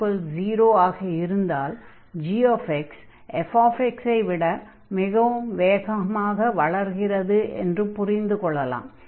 k0 ஆக இருந்தால் gx fx ஐ விட மிகவும் வேகமாக வளர்கிறது என்று புரிந்து கொள்ளலாம்